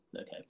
Okay